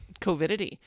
COVIDity